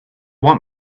want